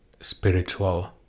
spiritual